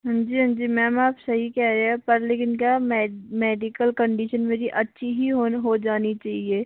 हाँ जी हाँ जी मैम आप सही कह रहे हैं पर लेकिन क्या मेडिकल कंडीशन मेरी अच्छी ही हो हो जानी चाहिए